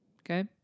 Okay